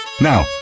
Now